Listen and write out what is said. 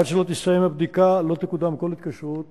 ועד שתסתיים הבדיקה לא תקודם כל התקשרות